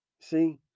See